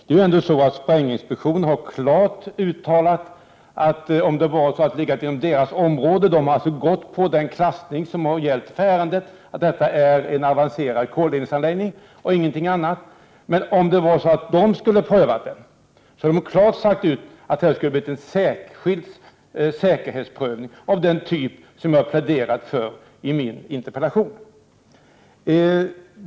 Sprängämnesinspektionen har ju ändå klart uttalat att man, om frågan hade legat inom inspektionens område, så hade man krävt en särskild säkerhetsprövning av den typ som jag har pläderat för i min interpellation.